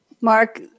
Mark